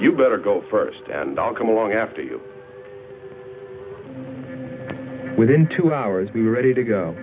you better go first and i'll come along after you within two hours we were ready to go